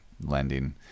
lending